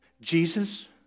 Jesus